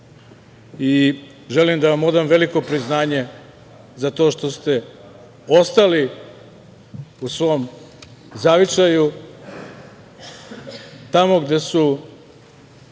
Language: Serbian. i želim da vam odam veliko priznanje za to što ste ostali u svom zavičaju, tamo gde je